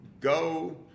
go